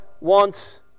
wants